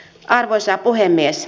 arvoisa puhemies